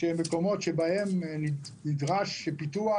שבהם נדרש פיתוח,